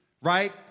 Right